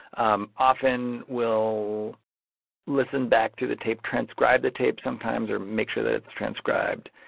um often will listen back through the tape, transcribe the tape sometimes or make sure that it's transcribed.